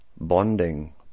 bonding